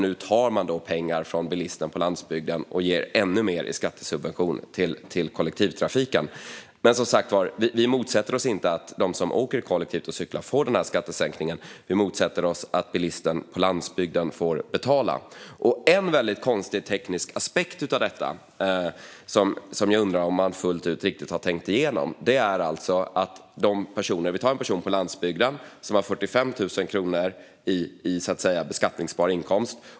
Nu tar man pengar från bilisterna på landsbygden och ger ännu mer i skattesubvention till kollektivtrafiken. Som sagt motsätter vi oss inte att de som åker kollektivt och cyklar får den här skattesänkningen. Men vi motsätter oss att bilisten på landsbygden får betala. Det finns en väldigt konstig teknisk aspekt av detta som jag undrar om man fullt ut har tänkt igenom. Låt oss jämföra två personer som båda i dag har 45 000 kronor i beskattningsbar inkomst.